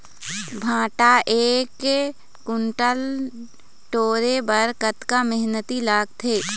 भांटा एक कुन्टल टोरे बर कतका मेहनती लागथे?